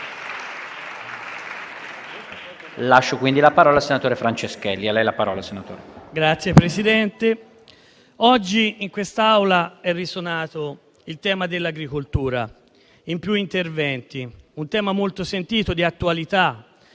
oggi in quest'Aula è risuonato il tema dell'agricoltura in più interventi, un tema molto sentito e di attualità